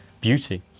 beauty